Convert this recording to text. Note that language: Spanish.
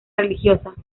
religiosa